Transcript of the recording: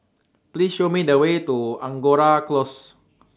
Please Show Me The Way to Angora Close